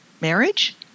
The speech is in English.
marriage